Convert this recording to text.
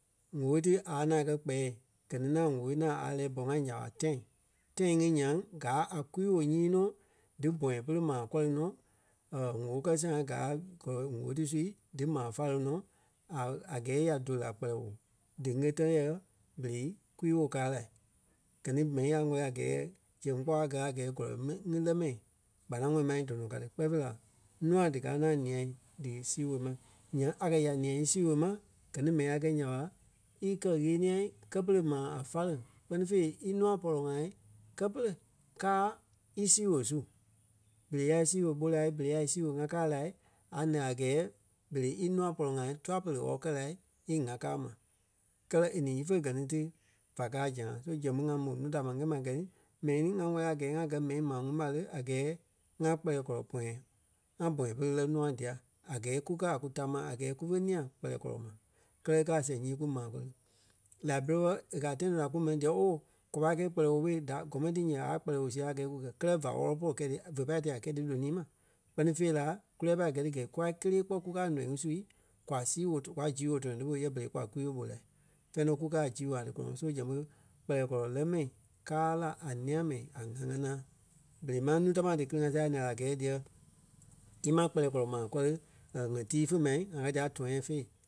ŋ̀óo ti a ŋaŋ kɛ̀ kpɛɛ gɛ ni ŋaŋ ŋóo ŋaŋ a lɛ́ɛ Bong County nya ɓa tãi. Tãi ŋí nyaŋ gaa a kwii-woo nyii nɔ dí bɔ̃yɛ pere maa kɔ́ri nɔ ŋ̀óo kɛ sãa gáa kɔlɔi ŋ̀óo ti sui dímaa fáleŋ nɔ a- a gɛɛ ya dóli la a kpɛlɛɛ woo diŋ e tɛ̀ yɛ̂ berei kwii-woo káa la. Gɛ ni mɛni ŋa kɛ́ wɛlii a gɛɛ zɛŋ kpɔ́ a gaa a gɛɛ kɔlɔi mɛni ŋí lɛ́ mɛni kpanaŋɔɔ mai dɔnɔ ka ti kpɛɛ fêi la nùa díkaa ŋaŋ nia dí sii woo ma. Nyaŋ a kɛ̀ ya nia í sii woo ma gɛ ni mɛni a kɛ́ nya ɓa í kɛ-ɣeniɛi kɛ́ pere maa a fáleŋ kpɛ́ni fêi ínûa pɔlɔ-ŋai kɛ́ pere káa í zii woo su. Berei ya í sii woo ɓó la berei ya í sii woo ŋa káa la a lɛ́ a gɛɛ berei ínûa pɔlɔ-ŋai tûɛ-pere e wɔ́lɔ kɛ lai íŋaa káa ma. Kɛ́lɛ e ni ífe gɛ ni ti fá kaa a zã́a. So zɛŋ ɓé ŋa mò núu da ma ńyɛɛ ma gɛ ni mɛni ŋí ŋá wɛli a gɛɛ a gɛ́ mɛni maa ŋuŋ ɓa le, a gɛɛ ŋá kpɛlɛɛ kɔlɔ pɔ̃yɛ. ŋá bɔ̃yɛ pere lɛ́ nûa dia a gɛɛ kukɛ a kú tamaa a gɛɛ kúfe nia kpɛlɛɛ kɔlɔ ma. Kɛ́lɛ e kɛ̀ a zɛŋ nyii kú maa kɔ̀ri. Liberia e kɛ̀ a tãi tɔnɔ ta kú mɛni díyɛ ooo kwa pâi kɛ̂i kpɛlɛɛ woo ɓó da gɔmɛti nyaa a kpɛlɛɛ woo sia a gɛɛ kú gɛ̀ kɛlɛ vá wɔ́lɔ pɔri kɛi ti vé pâi téla kɛ̂i ti lonii ma kpɛ́ni fêi la kú lɛ́ɛ pâi gɛi ti gɛ̂i kûa kélee kpɔ́ kukaa nɔ̀ii ŋí sui kwa sii woo to- kwa zii woo tɔnɔ ti ɓo yɛ berei kûa kwii-woo mò lai. Fɛ̂ɛ nɔ kukaa a zii woo ŋai ti kɔlɔŋɔɔ. So zɛŋ ɓé kpɛlɛɛ kɔlɔ lɛ́ mɛni káa la a ńîa mɛni a ŋa ŋanaa. Berei máŋ núu tamaa dí gili-ŋa sia lɛ́ a gɛɛ díyɛ ímaa kpɛlɛɛ kɔlɔ maa kɔri ŋ̀gɛ tii fé maa ŋa káa dia tɔ̃yâ fêi